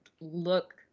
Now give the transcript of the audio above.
look